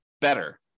better